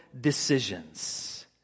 decisions